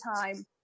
time